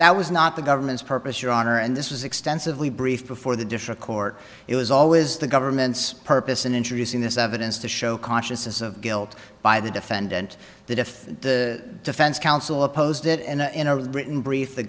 that was not the government's purpose your honor and this was extensively brief before the difficult part it was always the government's purpose in introducing this evidence to show consciousness of guilt by the defendant that if the defense counsel opposed it and in a written brief the